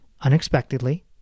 unexpectedly